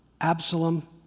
Absalom